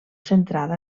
centrada